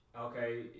Okay